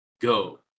Go